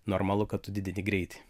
normalu kad tu didini greitį